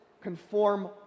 conform